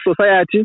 society